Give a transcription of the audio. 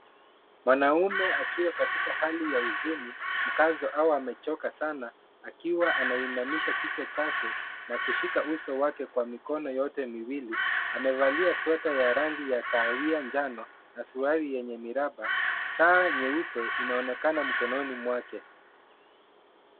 Mwanaume akiwa katika hali ya huzuni, mkazo au amechoka sana akiwa anainamisha kichwa chake na kushika uso wake kwa mikono yote miwili. Amevalia sweta ya rangi ya kahawia njano na suruali yenye miraba. Saa nyeupe inaonekana mkononi mwake.